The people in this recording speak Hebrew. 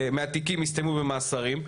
מהתיקים הסתיימו במאסרים,